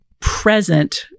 present